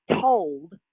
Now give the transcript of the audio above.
told